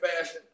fashion